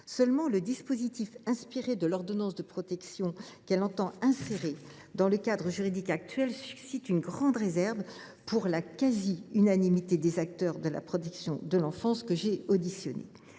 Seulement, le dispositif inspiré de l’ordonnance de protection qu’elle tend à insérer dans le cadre juridique actuel suscite une grande réserve, quasi unanime, chez les acteurs de la protection de l’enfance que j’ai entendus